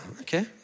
okay